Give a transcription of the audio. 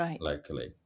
locally